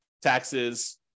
taxes